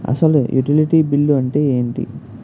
అసలు utility bill అంతే ఎంటి?